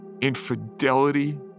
Infidelity